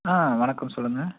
ஆ வணக்கம் சொல்லுங்கள்